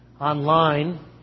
online